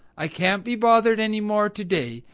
i can't be bothered any more to-day,